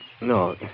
No